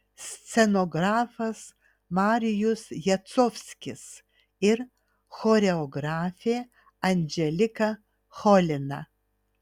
scenografas marijus jacovskis ir choreografė anželika cholina